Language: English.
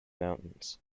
mountains